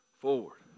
forward